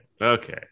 okay